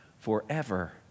forever